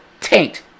taint